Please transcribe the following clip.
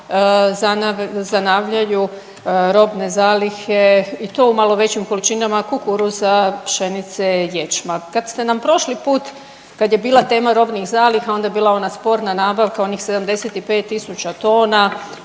zanavljaju robne zalihe i to u malo većim količinama kukuruza, pšenice, ječma. Kad ste nam proši put kad je bila tema robnih zaliha onda je bila ona sporna nabavka onih 75 tisuća tona